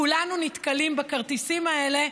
כולנו נתקלים בכרטיסים האלה,